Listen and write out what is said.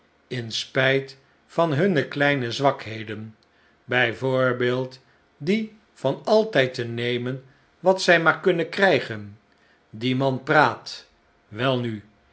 in spijt van hunne kleine zwakheden bijv die van altijd te nemen wat zij maar kunnen krijgen die man praat welnu